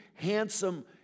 Handsome